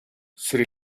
sri